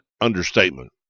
understatement